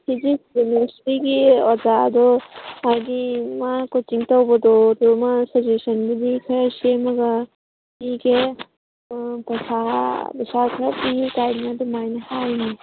physics ꯀꯦꯃꯦꯁꯇ꯭ꯔꯤꯒꯤ ꯑꯣꯖꯥꯗꯣ ꯍꯥꯏꯗꯤ ꯃꯥ ꯀꯣꯆꯤꯡ ꯇꯧꯕꯗꯣ ꯑꯗꯣ ꯃꯥ ꯁꯖꯦꯁꯟꯕꯨꯗꯤ ꯈꯔ ꯁꯦꯝꯃꯒ ꯄꯤꯒꯦ ꯄꯩꯁꯥ ꯄꯩꯁꯥ ꯈꯔ ꯄꯤꯌꯨꯒꯥꯏꯅ ꯑꯗꯨꯃꯥꯏꯅ ꯍꯥꯏꯅꯦ